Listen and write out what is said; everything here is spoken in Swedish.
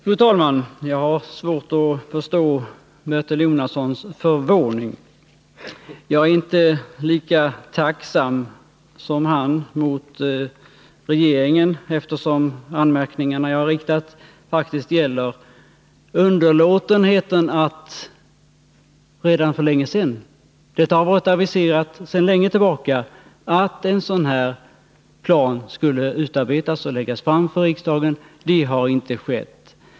Fru talman! Jag har svårt att förstå Bertil Jonassons förvåning. Jag är inte lika tacksam som han mot regeringen, eftersom mina anmärkningar faktiskt gäller underlåtenheten att för länge sedan lägga fram en helhetsplan för skogsindustrin. Det har varit aviserat sedan lång tid tillbaka att en sådan plan skulle utarbetas och föreläggas riksdagen. Det har inte skett.